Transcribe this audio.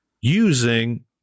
using